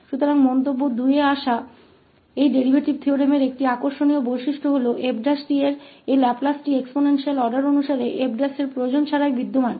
तो टिप्पणी 2 पर आते हुए इस डेरीवेटिव प्रमेय की एक दिलचस्प विशेषता यह है कि 𝑓′𝑡का लाप्लास यह 𝑓′ की एक्सपोनेंशियल आर्डर की आवश्यकता के बिना मौजूद है